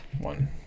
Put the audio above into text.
one